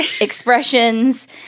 expressions